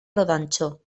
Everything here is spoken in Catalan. rodanxó